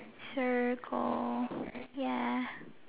sure call ya